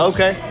Okay